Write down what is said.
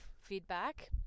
feedback